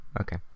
Okay